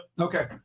Okay